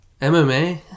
MMA